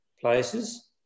places